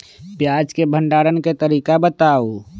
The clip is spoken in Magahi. प्याज के भंडारण के तरीका बताऊ?